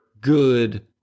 good